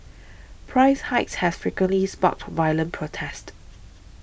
price hikes have frequently sparked violent protests